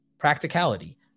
practicality